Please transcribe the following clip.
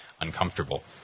uncomfortable